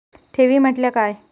ठेवी म्हटल्या काय?